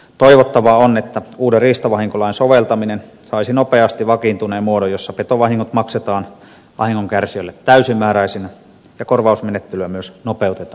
toivottavaa on että uuden riistavahinkolain soveltaminen saisi nopeasti vakiintuneen muodon jossa petovahingot maksetaan vahingonkärsijöille täysimääräisinä ja korvausmenettelyä myös nopeutetaan nykyisestä